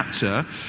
chapter